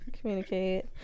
communicate